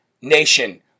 nation